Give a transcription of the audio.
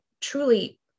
truly